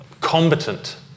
combatant